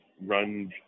run